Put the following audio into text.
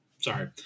Sorry